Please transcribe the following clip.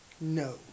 No